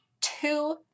two